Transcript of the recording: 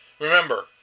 Remember